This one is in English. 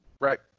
Right